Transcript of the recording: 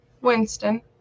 Winston